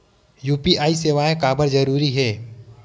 UPI सेवाएं काबर जरूरी हे?